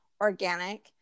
organic